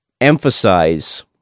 emphasize